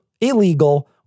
illegal